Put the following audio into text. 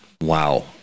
Wow